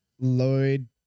Lloyd